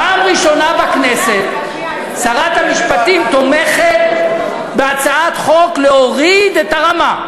פעם ראשונה בכנסת שרת המשפטים תומכת בהצעת חוק שבאה להוריד את הרמה,